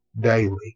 daily